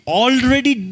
already